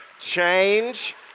Change